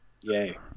Yay